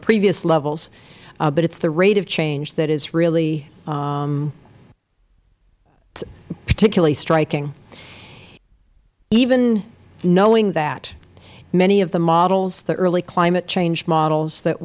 previous levels but it is the rate of change that is really particularly striking even knowing that many of the models the early climate change models that